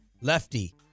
lefty